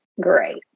great